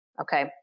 okay